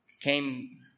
came